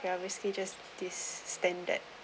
they are basically just this standard